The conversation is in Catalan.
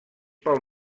pel